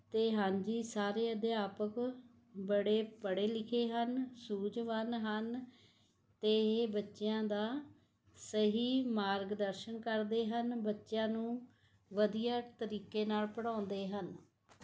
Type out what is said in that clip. ਅਤੇ ਹਾਂਜੀ ਸਾਰੇ ਅਧਿਆਪਕ ਬੜੇ ਪੜ੍ਹੇ ਲਿਖੇ ਹਨ ਸੂਝਵਾਨ ਹਨ ਅਤੇ ਇਹ ਬੱਚਿਆਂ ਦਾ ਸਹੀ ਮਾਰਗ ਦਰਸ਼ਨ ਕਰਦੇ ਹਨ ਬੱਚਿਆਂ ਨੂੰ ਵਧੀਆ ਤਰੀਕੇ ਨਾਲ ਪੜ੍ਹਾਉਂਦੇ ਹਨ